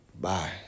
Bye